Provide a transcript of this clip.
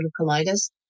colitis